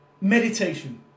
Meditation